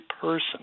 person